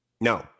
No